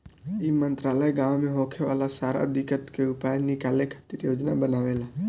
ई मंत्रालय गाँव मे होखे वाला सारा दिक्कत के उपाय निकाले खातिर योजना बनावेला